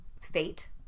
fate